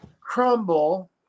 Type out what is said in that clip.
Crumble